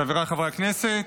חבריי חברי הכנסת,